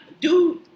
dude